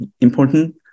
important